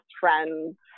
friends